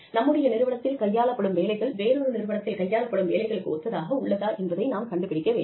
நம்முடைய நிறுவனத்தில் கையாளப்படும் வேலைகள் வேறொரு நிறுவனத்தில் கையாளப்படும் வேலைகளுக்கு ஒத்ததாக உள்ளதா என்பதை நாம் கண்டுபிடிக்க வேண்டும்